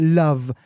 love